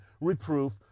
reproof